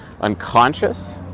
unconscious